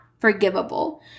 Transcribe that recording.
forgivable